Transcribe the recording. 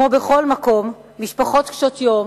כמו בכל מקום, משפחות קשות-יום